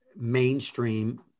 mainstream